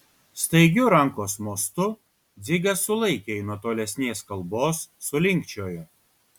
staigiu rankos mostu dzigas sulaikė jį nuo tolesnės kalbos sulinkčiojo